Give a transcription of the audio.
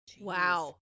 Wow